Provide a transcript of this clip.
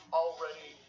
already